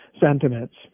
sentiments